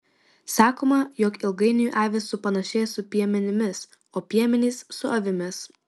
sakoma jog ilgainiui avys supanašėja su piemenimis o piemenys su avimis